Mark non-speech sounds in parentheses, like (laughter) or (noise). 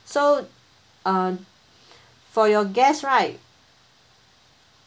so uh (breath) for your guest right